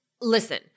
listen